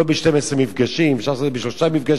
לא ב-12 מפגשים, אפשר לעשות את זה בשלושה מפגשים.